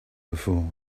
before